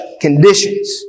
conditions